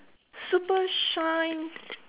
super shine